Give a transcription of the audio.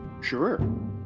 Sure